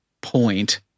point